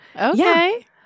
Okay